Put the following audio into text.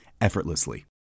effortlessly